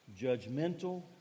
judgmental